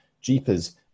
Jeepers